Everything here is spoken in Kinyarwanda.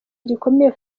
gikomeye